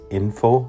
info